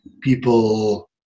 people